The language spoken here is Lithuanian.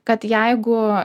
kad jeigu